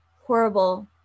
horrible